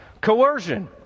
Coercion